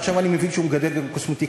עכשיו אני מבין שהוא מגדל גם קוסמטיקאי,